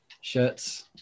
shirts